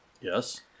Yes